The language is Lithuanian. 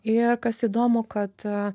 ir kas įdomu kad